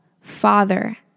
Father